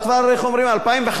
2005 כבר היתה מזמן,